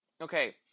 Okay